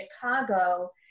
Chicago